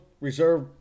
reserve